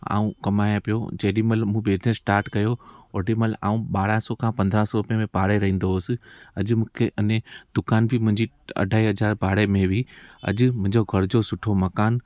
अऊं कमाया पियो जेॾीमहिल मूं बिज़नस स्टाट कयो ओॾीमहिल ॿारहं सौ खां पंद्रहं सौ में पाड़ींदो हुअसि अॼु मूंखे अने दुकानु बि मुंहिजी अढाई हज़ार भाड़े में हुई अॼु मुंहिजो घर जो सुठो मकानु